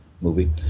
movie